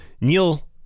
Neil